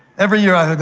every year i go,